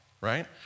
right